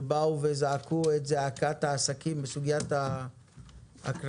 שבאו וזעקו את זעקת העסקים בסוגיית הקנסות